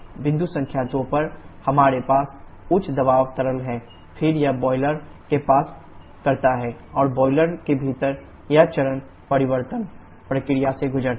बिंदु संख्या 2 पर हमारे पास उच्च दबाव तरल है फिर यह बॉयलर को पास करता है और बॉयलर के भीतर यह चरण परिवर्तन प्रक्रिया से गुजरता है